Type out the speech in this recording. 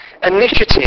initiative